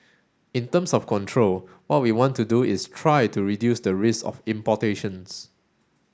in terms of control what we want to do is try to reduce the risk of importations